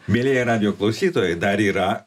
mielieji radijo klausytojai dar yra